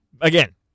Again